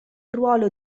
ruolo